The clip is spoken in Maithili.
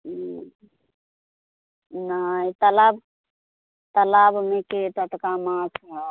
हम्म नहि तलाब तलाबमे के टटका माछ है